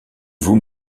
vous